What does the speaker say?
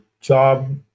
job